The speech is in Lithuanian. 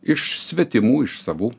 iš svetimų iš savų